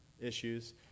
issues